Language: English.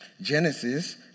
Genesis